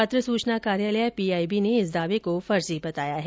पत्र सूचना कार्यालय पीआईबी ने इस दावे को फर्जी बताया है